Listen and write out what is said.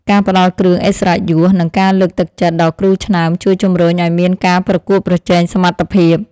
ការផ្តល់គ្រឿងឥស្សរិយយសនិងការលើកទឹកចិត្តដល់គ្រូឆ្នើមជួយជំរុញឱ្យមានការប្រកួតប្រជែងសមត្ថភាព។